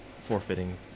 forfeiting